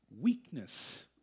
weakness